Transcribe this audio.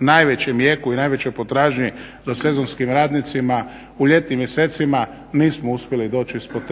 najvećem jeku i najvećoj potražnji za sezonskim radnicima u ljetnim mjesecima nismo uspjeli doći ispod